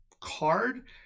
card